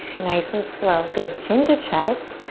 nice and slow. good, chin to chest.